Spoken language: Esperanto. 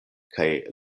kaj